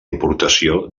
importació